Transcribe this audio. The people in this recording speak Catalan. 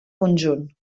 conjunt